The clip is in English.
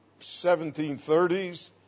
1730s